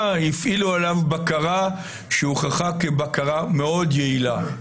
הפעילו עליו בקרה שהוכחה כבקרה מאוד יעילה.